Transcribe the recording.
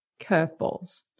curveballs